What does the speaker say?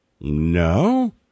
no